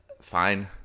fine